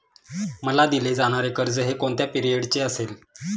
मला दिले जाणारे कर्ज हे कोणत्या पिरियडचे असेल?